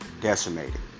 decimated